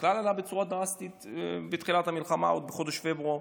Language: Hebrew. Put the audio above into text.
כשפחם בכלל עלה בצורה דרסטית בתחילת המלחמה עוד בחודש פברואר,